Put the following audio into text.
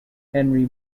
henry